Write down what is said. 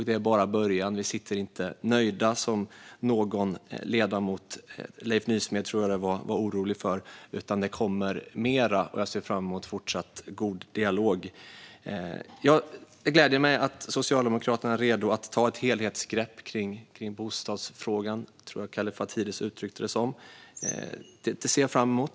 Det är bara början. Vi sitter inte nöjda, som någon ledamot - Leif Nysmed tror jag att det var - var orolig för. Det kommer mer, och jag ser fram emot en fortsatt god dialog. Det gläder mig att Socialdemokraterna är redo att ta ett helhetsgrepp kring bostadsfrågan - jag tror att det var så Kallifatides uttryckte det. Det ser jag fram emot.